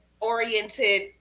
oriented